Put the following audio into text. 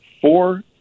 four